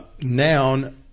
noun